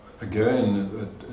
again